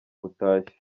utashye